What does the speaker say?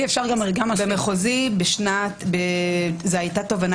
זה תובענה